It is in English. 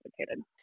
complicated